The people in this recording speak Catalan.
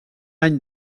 any